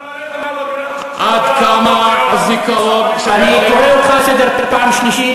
של נעליך מעל רגליך כשאתה מדבר על הרב דב ליאור,